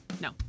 No